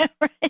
Right